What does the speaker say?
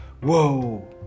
Whoa